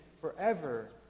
forever